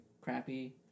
crappy